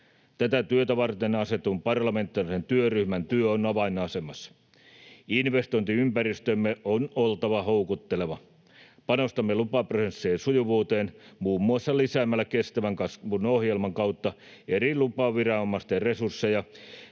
Tätä työtä varten asetetun parlamentaarisen työryhmän työ on avainasemassa. Investointiympäristömme on oltava houkutteleva. Panostamme lupaprosessien sujuvuuteen muun muassa lisäämällä kestävän kasvun ohjelman kautta eri lupaviranomaisten resursseja